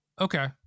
Okay